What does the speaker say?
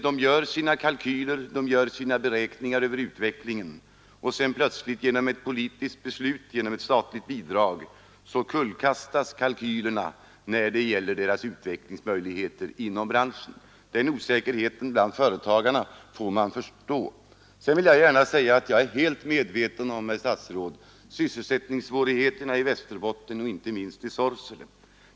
De gör sina kalkyler och beräkningar över utvecklingen, och så plötsligt genom ett politiskt beslut eller ett statligt bidrag kullkastas kalkylerna för deras utvecklingsmöjligheter inom branschen. Den osäkerheten bland företagarna får man förstå. Jag är, herr statsråd, fullt medveten om sysselsättningssvårigheterna i Västerbotten och inte minst i Sorsele.